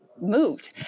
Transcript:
moved